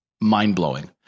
Mind-blowing